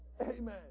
Amen